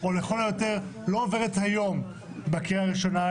או לכל היותר לא עוברת בקריאה הראשונה,